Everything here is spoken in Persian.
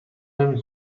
نمی